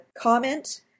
comment